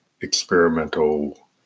experimental